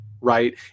right